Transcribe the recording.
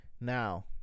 Now